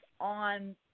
on